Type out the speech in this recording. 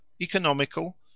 economical